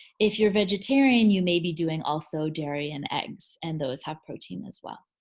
if you're vegetarian you may be doing also dairy and eggs and those have protein as well.